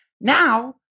now